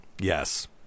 Yes